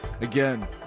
Again